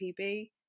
PB